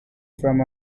from